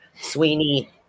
Sweeney